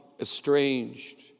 estranged